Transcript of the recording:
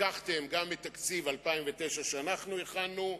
לקחתם גם את תקציב 2009, שאנחנו הכנו.